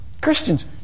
Christians